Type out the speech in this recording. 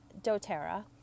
DoTerra